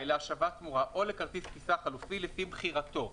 להשבת תמורה או לכרטיס טיסה חלופי לפי בחירתו.